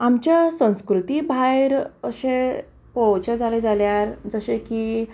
आमच्या संस्कृती भायर अशें पळोवचें जालें जाल्यार जशें की